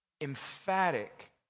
emphatic